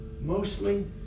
Mostly